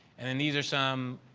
and then these are some